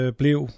blev